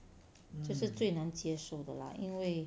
这是最难接受的 lah 因为